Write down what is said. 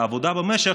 לעבודה במשק,